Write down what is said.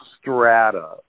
strata